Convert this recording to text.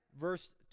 Verse